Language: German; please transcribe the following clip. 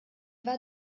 war